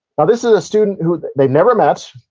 now, this is a student who they'd never met,